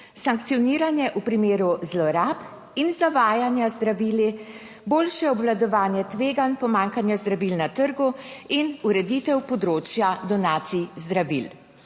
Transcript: sankcioniranje v primeru zlorab in zavajanja z zdravili, boljše obvladovanje tveganj pomanjkanja zdravil na trgu in ureditev področja donacij zdravil.